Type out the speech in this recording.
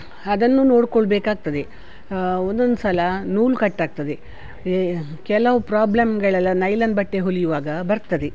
ಅದನ್ನು ನೋಡಿಕೊಳ್ಬೇಕಾಗ್ತದೆ ಒಂದೊಂದ್ಸಲ ನೂಲು ಕಟ್ಟಾಗ್ತದೆ ಕೆಲವು ಪ್ರಾಬ್ಲಮ್ಗಳೆಲ್ಲ ನೈಲಾನ್ ಬಟ್ಟೆ ಹೊಲೆಯುವಾಗ ಬರ್ತದೆ